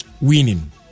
winning